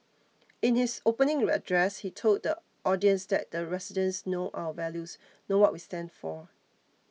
in his opening address he told the audience that the residents know our values know what we stand for